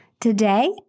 Today